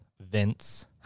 Vince